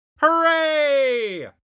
Hooray